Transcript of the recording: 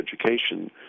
education